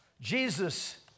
Jesus